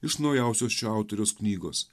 iš naujausios šio autoriaus knygos